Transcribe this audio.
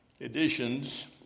editions